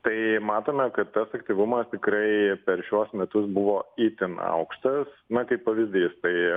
tai matome kad tas aktyvumas tikrai per šiuos metus buvo itin aukštas na kaip pavyzdys tai